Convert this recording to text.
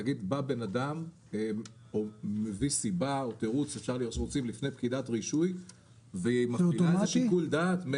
נגיד אדם נותן סיבה או תירוץ לפקידת הרישוי והיא מפעילה איזה שיקול דעת,